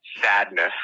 sadness